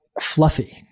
Fluffy